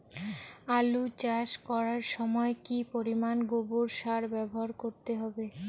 আলু চাষ করার সময় কি পরিমাণ গোবর সার ব্যবহার করতে হবে?